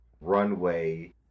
runway